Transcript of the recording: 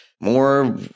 more